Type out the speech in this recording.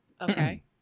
okay